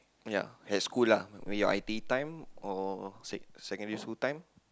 ya at school lah when your I_T_E time or sec~ secondary school time